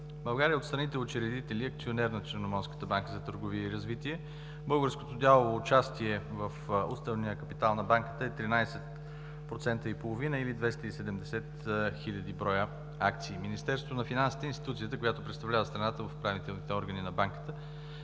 България е от страните учредители, акционер на Черноморската банка за търговия и развитие. Българското дялово участие в уставния капитал на банката е 13,5% или 270 хиляди броя акции. Министерството на финансите е институцията, която представлява страната в управителните органи на банката,